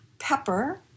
pepper